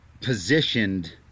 positioned